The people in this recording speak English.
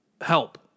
help